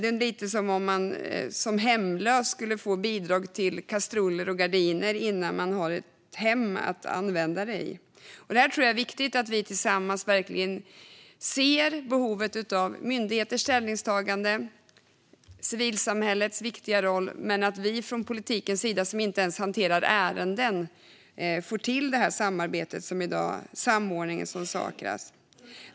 Det är lite som om man som hemlös skulle få bidrag till kastruller och gardiner innan man har ett hem att använda det i. Jag tror att det är viktigt att vi tillsammans verkligen ser behovet av myndigheters ställningstaganden och civilsamhällets viktiga roll och att vi från politikens sida, som inte ens hanterar ärenden, får till den samordning som saknas.